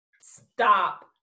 Stop